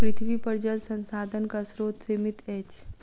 पृथ्वीपर जल संसाधनक स्रोत सीमित अछि